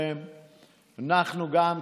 אנחנו גם,